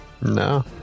No